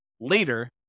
later